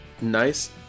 nice